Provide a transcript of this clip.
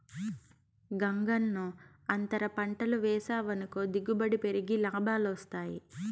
గంగన్నో, అంతర పంటలు వేసావనుకో దిగుబడి పెరిగి లాభాలొస్తాయి